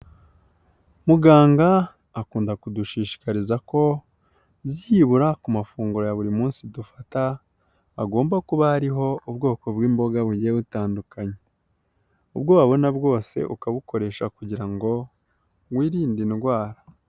Muganga akunda kudushishikariza ko byibura ku mafunguro ya buri munsi dufata agomba kuba hariho ubwoko bw'imboga bugiye butandukanye. Ubwo wabona bwose ukabukoresha kugira ngo wirinde indwara.